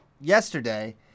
yesterday